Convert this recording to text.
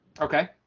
Okay